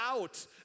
out